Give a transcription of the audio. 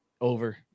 over